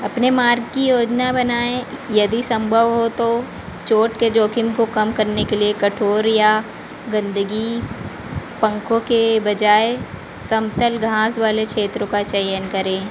अपने मार्ग की योजना बनाएँ यदि संभव हो तो चोट के जोखिम को कम करने के लिए कठोर या गंदगी पंखों के बजाय समतल घास वाले क्षेत्रों का चयन करें